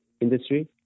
industry